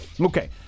Okay